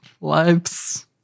lives